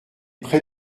près